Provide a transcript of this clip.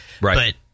Right